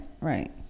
right